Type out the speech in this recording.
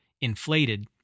inflated